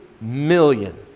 million